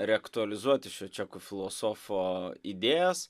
rektualizuoti šio čekų filosofo idėjas